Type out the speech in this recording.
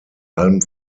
allem